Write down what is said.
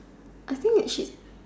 I think